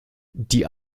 die